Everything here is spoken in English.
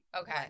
Okay